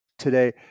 today